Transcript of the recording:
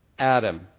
Adam